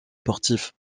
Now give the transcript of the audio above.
sportifs